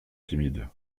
timide